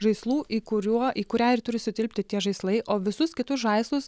žaislų į kuriuo į kurią ir turi sutilpti tie žaislai o visus kitus žaislus